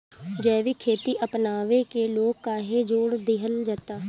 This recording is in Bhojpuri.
जैविक खेती अपनावे के लोग काहे जोड़ दिहल जाता?